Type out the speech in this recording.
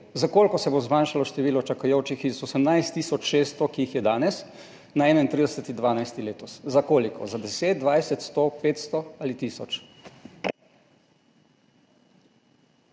za koliko se bo zmanjšalo število čakajočih z 18 tisoč 600, ki jih je danes, 31. 12. letos? Za koliko? Za 10, 20, 100, 500 ali tisoč?